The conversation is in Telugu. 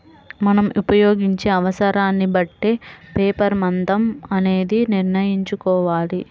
మనం ఉపయోగించే అవసరాన్ని బట్టే పేపర్ మందం అనేది నిర్ణయించుకోవాలి